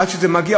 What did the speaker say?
עד שזה מגיע,